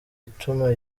ituma